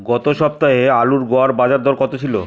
গত সপ্তাহে আলুর গড় বাজারদর কত ছিল?